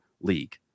league